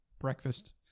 breakfast